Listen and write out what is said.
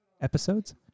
episodes